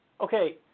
Okay